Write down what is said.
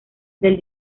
del